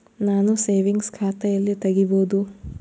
ನಾನು ಸೇವಿಂಗ್ಸ್ ಖಾತಾ ಎಲ್ಲಿ ತಗಿಬೋದು?